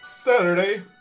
saturday